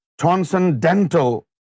transcendental